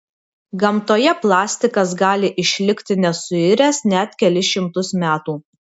gamtoje plastikas gali išlikti nesuiręs net kelis šimtus metų